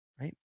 right